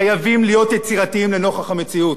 חייבים להיות יצירתיים לנוכח המציאות,